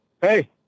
Hey